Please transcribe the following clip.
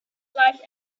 life